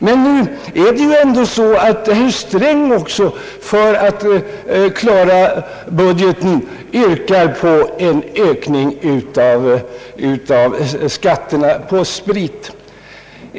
Men nu är det ju ändå så, att herr Sträng också för att klara budgeten yrkar på en ökning av skatterna på sprit.